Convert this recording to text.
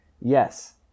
Yes